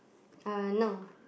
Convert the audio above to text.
uh no